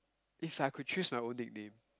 if I could choose my own nickname